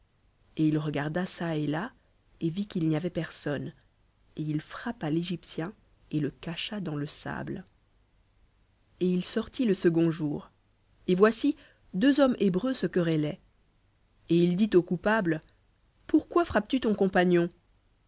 et il regarda çà et là et vit qu'il n'y avait personne et il frappa l'égyptien et le cacha dans le sable et il sortit le second jour et voici deux hommes hébreux se querellaient et il dit au coupable pourquoi frappes tu ton compagnon